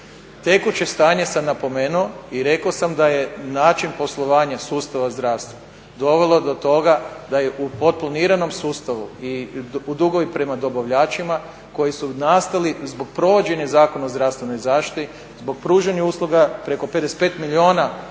Tekuće stanje sam napomenuo i rekao sam da je način poslovanja sustava zdravstva dovelo do toga da je u potplaniranom sustavu i u dugovima prema dobavljačima koji su nastali zbog provođenja Zakona o zdravstvenoj zaštiti, zbog pružanja usluga preko 55 milijuna